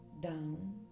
down